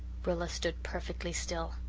rilla stood perfectly still.